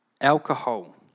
alcohol